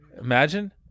Imagine